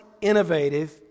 innovative